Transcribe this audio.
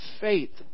faith